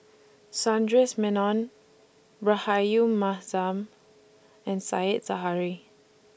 Sundaresh Menon Rahayu Mahzam and Said Zahari